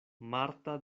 marta